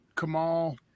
Kamal